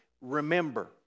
remember